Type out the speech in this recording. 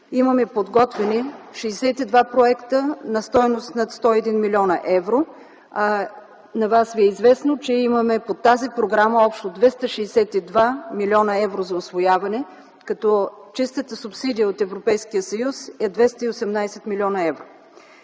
имаме подготвени 62 проекта на стойност над 101 млн. евро. На Вас Ви е известно, че по тази програма имаме общо 262 млн. евро за усвояване, като чистата субсидия от Европейския съюз е 218 млн. евро.